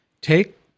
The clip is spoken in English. take